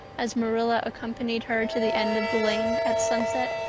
as marilla accompanied her to the end of the lane at sunset.